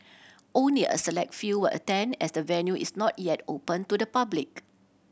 only a select few will attend as the venue is not yet open to the public